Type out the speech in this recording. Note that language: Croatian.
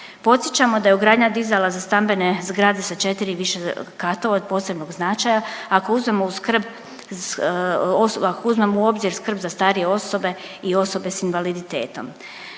Podsjećamo da je ugradnja dizala za stambene zgrade sa 4 i više katova od posebnog značaja ako uzmemo u skrb, ako uzmemo u obzir skrb za starije osobe i osobe s invaliditetom.